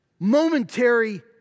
momentary